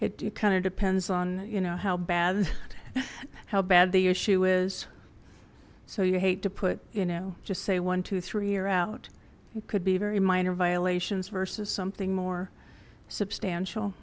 it kind of depends on you know how bad how bad the issue is so you hate to put you know just say one two three you're out it could be very minor violations versus something more substantial